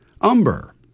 Umber